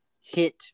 hit